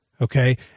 Okay